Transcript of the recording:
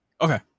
Okay